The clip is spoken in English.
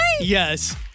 Yes